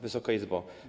Wysoka Izbo!